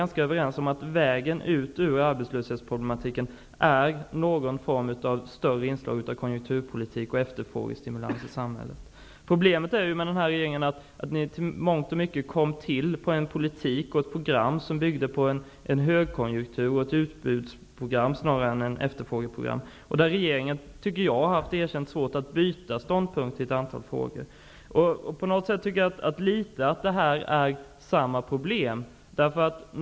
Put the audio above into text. Många är överens om att vägen ut ur arbetslösheten är någon form av större inslag av konjunkturpolitik och efterfrågestimulanser i samhället. Problemet med regeringen är att den i mångt och mycket kom till på grundval av en politik som byggde på en högkonjunktur och ett utbudsprogram snarare än ett efterfrågeprogram. Jag tycker att regeringen har haft svårt att byta ståndpunkt i ett antal frågor. Det som vi diskuterar nu är något av samma problem.